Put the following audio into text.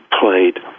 played